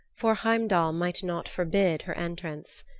for heimdall might not forbid her entrance.